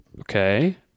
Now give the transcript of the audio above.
Okay